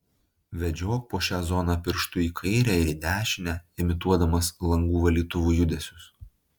vedžiok po šią zoną pirštu į kairę ir į dešinę imituodamas langų valytuvų judesius